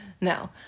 No